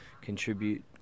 contribute